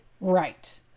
Right